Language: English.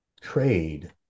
trade